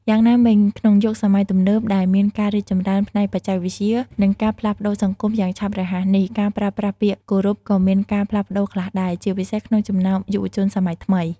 យ៉ាងណាមិញ ក្នុងយុគសម័យទំនើបដែលមានការរីកចម្រើនផ្នែកបច្ចេកវិទ្យា និងការផ្លាស់ប្ដូរសង្គមយ៉ាងឆាប់រហ័សនេះ ការប្រើប្រាស់ពាក្យគោរពក៏មានការផ្លាស់ប្ដូរខ្លះដែរ ជាពិសេសក្នុងចំណោមយុវជនសម័យថ្មី។